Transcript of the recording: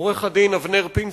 עורך-הדין אבנר פינצ'וק,